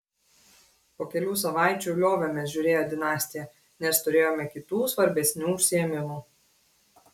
po kelių savaičių liovėmės žiūrėję dinastiją nes turėjome kitų svarbesnių užsiėmimų